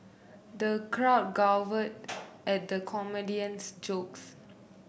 the crowd guffawed at the comedian's jokes